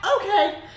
Okay